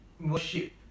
worship